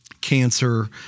cancer